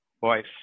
voice